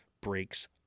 breaks